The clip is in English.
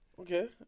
Okay